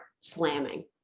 slamming